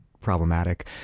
problematic